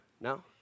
No